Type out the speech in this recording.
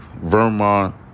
Vermont